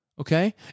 Okay